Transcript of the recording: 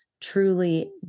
truly